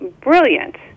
brilliant